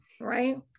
right